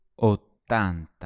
Ottanta